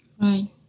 right